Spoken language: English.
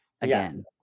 again